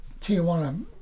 Tijuana